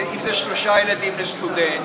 אם זה שלושה ילדים לסטודנט,